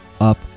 up